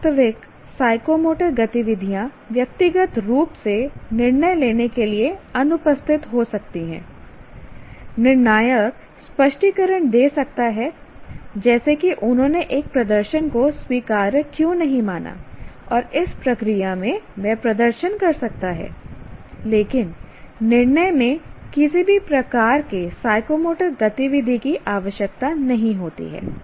वास्तविक साइकोमोटर गतिविधियां व्यक्तिगत रूप से निर्णय लेने के लिए अनुपस्थित हो सकती हैं निर्णायक स्पष्टीकरण दे सकता है जैसे कि उन्होंने एक प्रदर्शन को स्वीकार्य क्यों नहीं माना और इस प्रक्रिया में वह प्रदर्शन कर सकता है लेकिन निर्णय में किसी भी प्रकार के साइकोमोटर गतिविधि की आवश्यकता नहीं होती है